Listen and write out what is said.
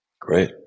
Great